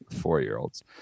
Four-year-olds